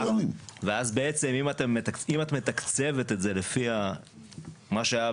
ואז בעצם אם את מתקצבת את זה לפי מה שהיה